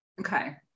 okay